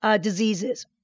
Diseases